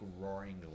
roaring